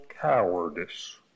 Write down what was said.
cowardice